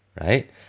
Right